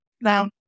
Now